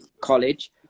college